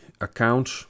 account